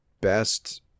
best